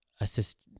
assist